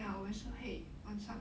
ya 我也是会晚上